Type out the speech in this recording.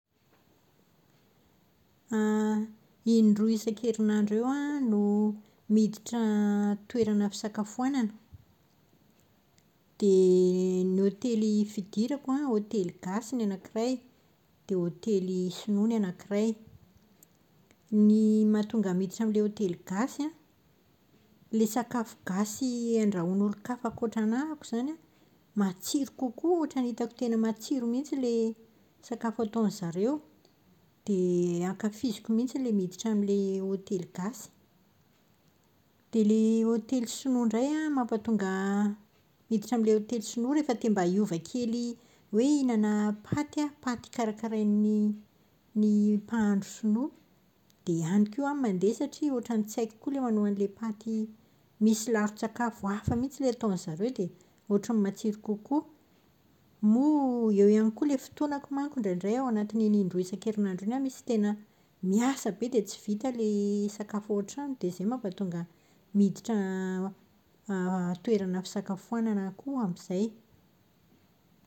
Indroa isan-kerinandro eo aho an no miditra toerana fisakafoanana. Dia ny hotely fidirako an, hotely gasy ny anakiray, dia hotely sinoa ny anakiray. Ny mahatonga ahy miditra amin'ilay hotely gasy an, ilay sakafo gasy andrahoin'olon-kafa ankoatra anahako izany an, matsiro kokoa, ohatran'ny hitako tena matsiro mihitsiny ilay sakafo ataon'izareo. Dia ankafiziko mihtsy ilay miditra amin'ilay hotely gasy. Dia ilay hotely sinoa indray an, ny mampatonga ahy hiditra amin'ny amin'ilay hotely sinoa rehefa te-mba hiova kely hoe hihinana paty aho. Paty karakarain'ny mpahandro sinoa dia any koa aho no mandeha satria ohatran'ny tsy haiko koa ny manao an'ilay paty, misy laron-tsakafo hafa mihitsy ilay ataon'izareo dia ohatran'ny matsiro kokoa. Moa, eo ihany ilay fotoanko manko indraindray ao anatin'iny indroa isan-kerinandro iny aho misy tena miasa be dia tsy vita ilay sakafo ao an-trano, dia izay no mampatonga ahy miditra toerana fisakafoanana koa amin'izay.